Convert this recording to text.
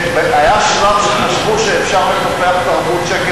היה שלב שחשבו שאפשר לטפח תרבות שקר,